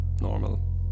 normal